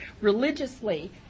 religiously